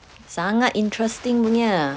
sangat interesting punya